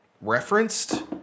referenced